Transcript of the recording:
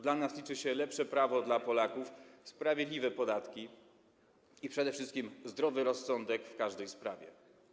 Dla nas liczy się lepsze prawo dla Polaków, sprawiedliwe podatki i przede wszystkim zdrowy rozsądek w każdej sprawie.